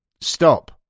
Stop